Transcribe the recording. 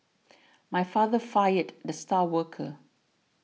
my father fired the star worker